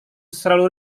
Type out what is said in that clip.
selalu